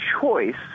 choice